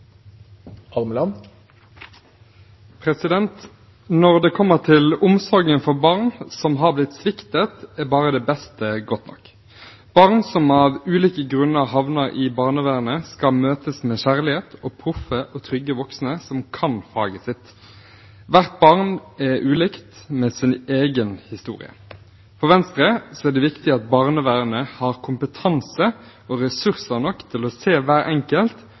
refererte til. Når det kommer til omsorgen for barn som har blitt sviktet, er bare det beste godt nok. Barn som av ulike grunner havner i barnevernet, skal møtes med kjærlighet og proffe og trygge voksne som kan faget sitt. Hvert barn er ulikt og har sin egen historie. For Venstre er det viktig at barnevernet har kompetanse og ressurser nok til å se hver enkelt